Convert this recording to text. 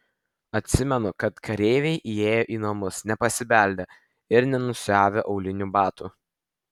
atsimenu kad kareiviai įėjo į namus nepasibeldę ir nenusiavę aulinių batų